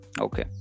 Okay